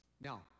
Now